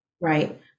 Right